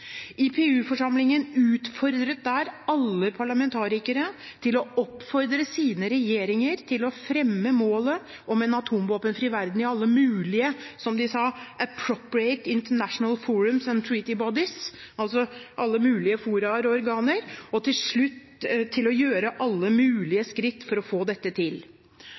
IPU-forsamlingen utfordret der alle parlamentarikere til å oppfordre sine regjeringer til å fremme målet om en atomvåpenfri verden i alle mulige – som de sa – «appropriate international forums and treaty bodies» og til slutt til å gjøre alle mulige skritt for å få dette til.